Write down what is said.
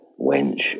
wench